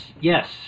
Yes